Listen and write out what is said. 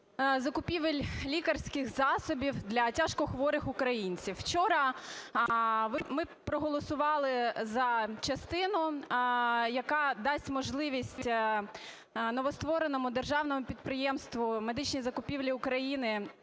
закупівель лікарських засобів для тяжкохворих українців. Вчора ми проголосували за частину, яка дасть можливість новоствореному державному підприємству "Медичні закупівлі України"